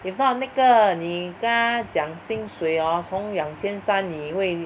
if not 那个你跟他讲薪水 hor 从两千三你会